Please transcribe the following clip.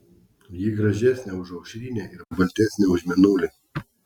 ji gražesnė už aušrinę ir baltesnė už mėnulį